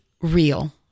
real